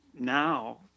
Now